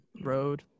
road